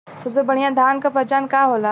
सबसे बढ़ियां धान का पहचान का होला?